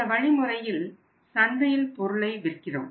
இந்த வழிமுறையில் சந்தையில் பொருளை விற்கிறோம்